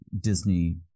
Disney